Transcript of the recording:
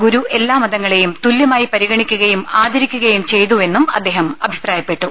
ഗുരു എല്ലാ മതങ്ങളെയും തുല്യമായി പരി ഗണിക്കുകയും ആദരിക്കുകയും ചെയ്തുവെന്നും അദ്ദേഹം അഭി പ്രായപ്പെട്ടു